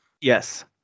Yes